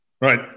Right